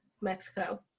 Mexico